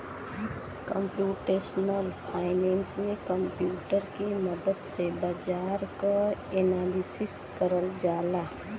computational finance में computer के मदद से बाजार क एनालिसिस करल जाला